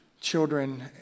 children